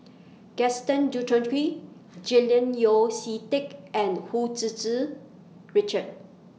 Gaston Dutronquoy Julian Yeo See Teck and Hu Tsu Tsu Richard